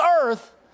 earth